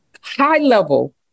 high-level